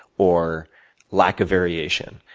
or lack of variation.